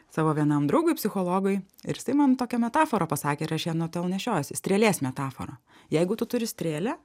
savo vienam draugui psichologui ir jisai man tokią metaforą pasakė ir aš ją nuo tol nešiojuosi strėlės metafora jeigu tu turi strėlę